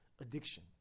addiction